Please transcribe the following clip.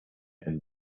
and